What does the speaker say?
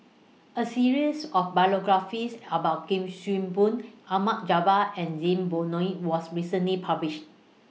A series of biographies about Kuik Swee Boon Ahmad Jaafar and Zainudin Nordin was recently published